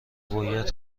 باید